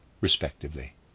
respectively